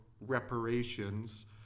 reparations